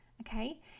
Okay